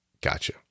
Gotcha